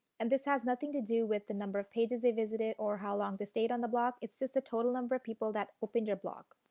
and this has nothing to do with the number of pages they visited or how long they stayed on the blog. it's just the total number of people that opened your blog.